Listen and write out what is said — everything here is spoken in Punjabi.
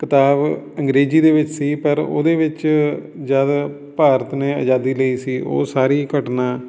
ਕਿਤਾਬ ਅੰਗਰੇਜ਼ੀ ਦੇ ਵਿੱਚ ਸੀ ਪਰ ਉਹਦੇ ਵਿੱਚ ਜਦ ਭਾਰਤ ਨੇ ਆਜ਼ਾਦੀ ਲਈ ਸੀ ਉਹ ਸਾਰੀ ਘਟਨਾ